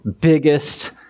biggest